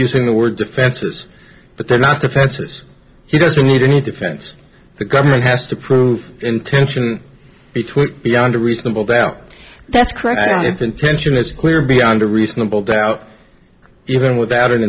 using the word defenses but they're not defenses he doesn't need any defense the government has to prove in tension between beyond a reasonable doubt that's credible if intention is clear beyond a reasonable doubt even without an